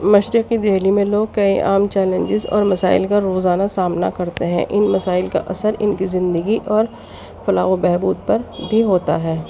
مشرقی دہلی میں لوگ کئی عام چیلنجز اور مسائل کا روزانہ سامنا کرتے ہیں ان مسائل کا اثر ان کی زندگی اور فلاح و بہبود پر بھی ہوتا ہے